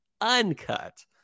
uncut